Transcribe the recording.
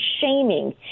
shaming